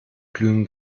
glühen